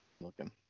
looking